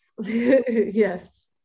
Yes